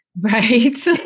Right